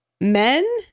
men